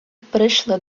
прийшли